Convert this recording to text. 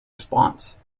response